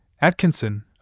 Atkinson